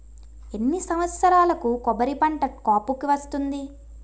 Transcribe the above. ఎన్ని సంవత్సరాలకు కొబ్బరి పంట కాపుకి వస్తుంది?